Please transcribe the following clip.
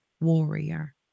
warrior